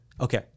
Okay